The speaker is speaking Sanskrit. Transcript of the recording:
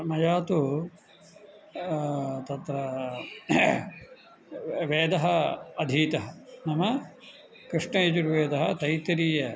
मया तु तत्र वेदः अधीतः नाम कृष्णयजुर्वेदस्य तैतरीय